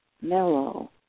mellow